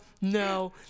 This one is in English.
no